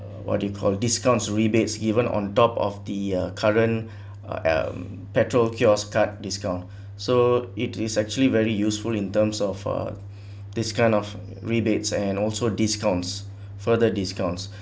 uh what do you call discounts rebates given on top of the uh current uh um petrol kiosk card discount so it is actually very useful in terms of uh this kind of rebates and also discounts further discounts